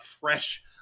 fresh